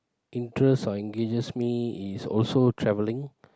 interests or engages me is also travelling